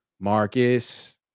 Marcus